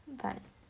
but